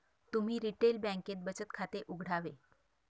तुम्ही रिटेल बँकेत बचत खाते उघडावे